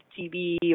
TV